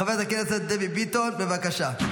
חברת הכנסת דבי ביטון, בבקשה.